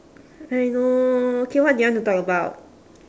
I know okay what do you want to talk about